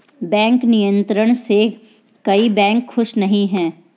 bank नियंत्रण से कई बैंक खुश नही हैं